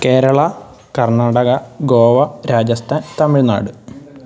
Keralam Karnataka Goa Rajasthan Tamil Nadu